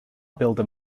builder